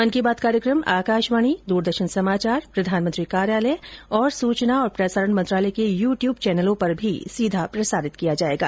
मन की बात कार्यक्रम आकाशवाणी द्रदर्शन समाचार प्रधानमंत्री कार्यालय तथा सूचना और प्रसारण मंत्रालय के यू ट्यूब चैनलों पर भी सीधा प्रसारित किया जाएगा